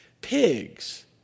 pigs